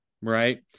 right